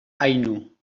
ainu